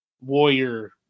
warrior